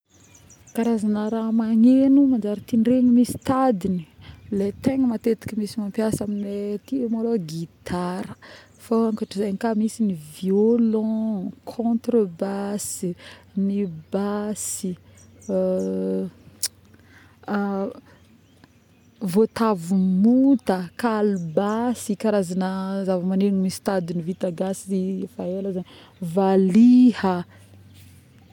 karazagna raha magneno manjary tindregny misy tadigny le tegna matetiky misy mampiasa aminay aty malôha gitara, fô ankotry zay ka misy violon, cotre basse, ny basy voatavo monta, kalibasy karazgna zava- magneno misy tadigny vita gasy efa ela zagny, valiha